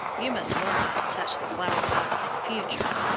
you must learn not to touch the flower-pots in future.